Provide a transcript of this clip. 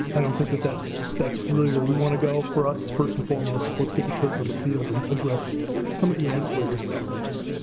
i don't think that that's that's really where we want to go. for us, first and foremost it's let's get the kids on the field and address some of the ancillary stuff later.